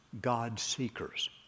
God-seekers